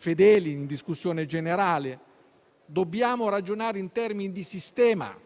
Fedeli in discussione generale. Dobbiamo ragionare in termini di sistema